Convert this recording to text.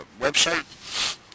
website